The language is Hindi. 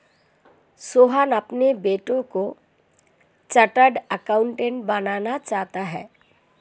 सोहन अपने बेटे को चार्टेट अकाउंटेंट बनाना चाहता है